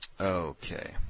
Okay